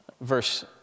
verse